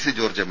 C George M